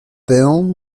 film